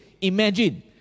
imagine